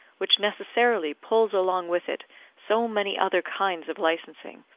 which necessarily pulls along with it so many other kinds of licensing,